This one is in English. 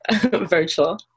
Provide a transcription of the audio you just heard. virtual